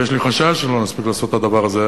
ויש לי חשש שלא נספיק לעשות את הדבר הזה,